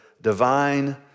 divine